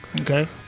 okay